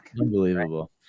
Unbelievable